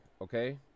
Okay